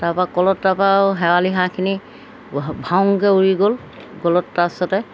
তাৰপৰা ক'লত তাৰপৰা আৰু শেৱালি হাঁহখিনি ভাওংকৈ উৰি গ'ল গ'লত তাৰপিছতে